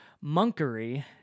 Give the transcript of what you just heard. monkery